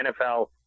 NFL